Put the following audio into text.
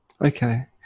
Okay